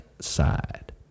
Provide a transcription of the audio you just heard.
side